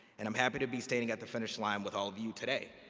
and i'm happy to be standing at the finish line with all of you today.